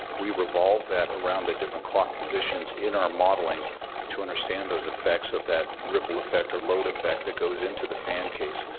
we revolve that around the different clock positions in our modeling to understand those effects of that ripple effect or load effect that goes into the fan case.